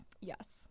yes